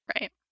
Right